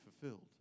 fulfilled